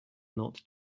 not